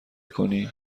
کنی